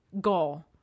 goal